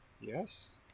yes